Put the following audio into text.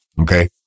Okay